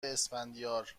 اسفندیار